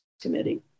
Committee